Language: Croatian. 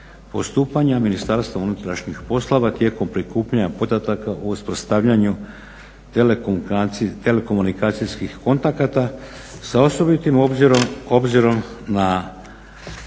postupanja Ministarstva unutrašnjih poslova tijekom prikupljanja podataka o uspostavljanju telekomunikacijskih kontakata sa osobitim obzirom na